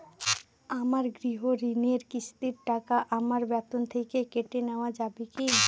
আমার গৃহঋণের কিস্তির টাকা আমার বেতন থেকে কেটে নেওয়া যাবে কি?